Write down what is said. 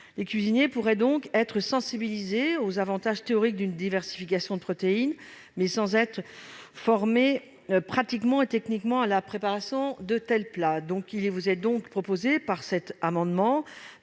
Les cuisiniers pourraient donc être sensibilisés aux avantages théoriques d'une diversification de protéines, mais sans être formés pratiquement et techniquement à la préparation de tels plats. Quel est l'avis de la commission